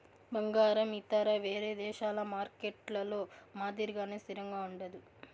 బంగారం ఇతర వేరే దేశాల మార్కెట్లలో మాదిరిగానే స్థిరంగా ఉండదు